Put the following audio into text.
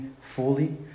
fully